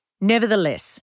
Nevertheless